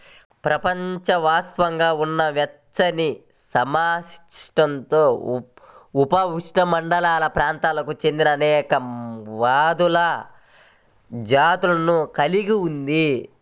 ప్రపంచవ్యాప్తంగా ఉన్న వెచ్చనిసమశీతోష్ణ, ఉపఉష్ణమండల ప్రాంతాలకు చెందినఅనేక వందల జాతులను కలిగి ఉంది